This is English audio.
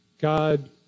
God